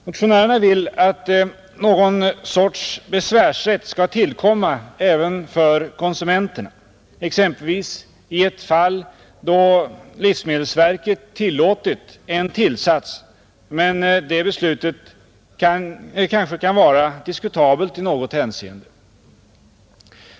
Motionärerna vill att någon sorts besvärsrätt skall tillkomma även konsumenterna, exempelvis i det fall då livsmedelsverket tillåtit en tillsats, men beslutet kan vara diskutabelt i något hänseende.